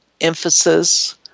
emphasis